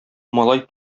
малай